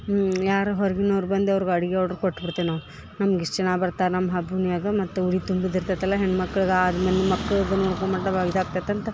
ಹ್ಞೂ ಯಾರೋ ಹೊರ್ಗಿನವ್ರು ಬಂದೋರ್ಗ್ ಅಡ್ಗಿ ಆರ್ಡ್ರ್ ಕೊಟ್ಬಿಡ್ತೀವಿ ನಾವು ಹಿಂಗೆ ಇಷ್ಟ್ ಜನ ಬರ್ತಾರ ನಮ್ಮ ಹಬ್ಬ ಮ್ಯಾಗ ಮತ್ತು ಉಡಿ ತುಂಬಿದಿರ್ತೈತಲ್ಲ ಹೆಣ್ಮಕ್ಳಗಾದ ಹೆಣ್ಮಕ್ಕಳುಗೂನು ಇದಾಗ್ತೈತಿ ಅಂತ